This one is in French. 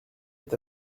est